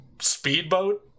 speedboat